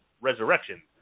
Resurrection